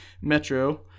Metro